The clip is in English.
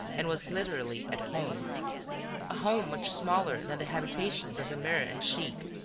and was literally at home a home much smaller than the habitations of emir and sheik,